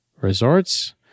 Resorts